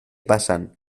pasan